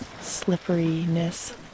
slipperiness